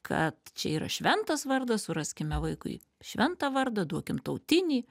kad čia yra šventas vardas suraskime vaikui šventą vardą duokim tautinį